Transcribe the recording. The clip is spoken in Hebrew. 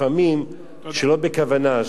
לפעמים שלא בכוונה,